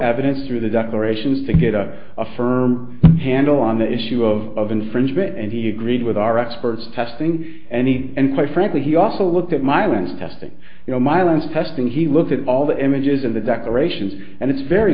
evidence through the declarations to get a firm handle on the issue of infringement and he agreed with our experts testing any and quite frankly he also looked at my lens testing you know my lens testing he looked at all the images of the decorations and it's very